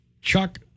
Chuck